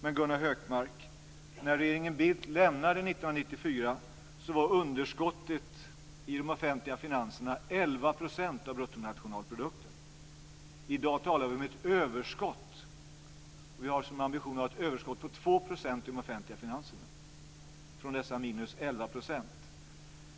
Men, Gunnar Hökmark, när regeringen Bildt avgick 1994 var underskottet i de offentliga finanserna 11 % av bruttonationalprodukten. I dag talar vi om ett överskott. Vi har som ambition att från dessa 11 % i underskott gå till ett överskott om 2 % i de offentliga finanserna.